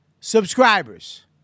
Subscribers